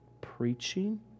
preaching